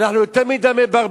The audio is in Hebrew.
אנחנו יותר מדי מברברים,